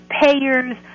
payers